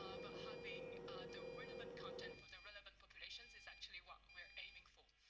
ah but having the relevant content for the relevant populations is actually what we are aiming for.